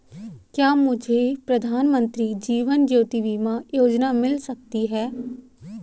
क्या मुझे प्रधानमंत्री जीवन ज्योति बीमा योजना मिल सकती है?